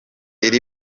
iri